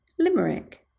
Limerick